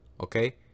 Okay